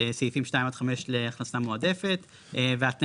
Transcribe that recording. סעיפים (2) עד (5) להכנסה מועדפת והתנאים